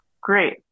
Great